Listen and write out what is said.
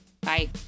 Bye